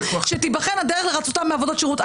שתיבחן הדרך לרצותם בעבודות שירות.